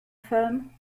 firm